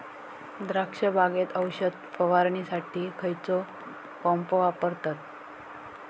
द्राक्ष बागेत औषध फवारणीसाठी खैयचो पंप वापरतत?